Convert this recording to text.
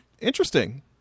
interesting